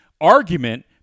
argument